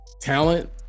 talent